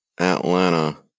Atlanta